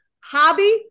hobby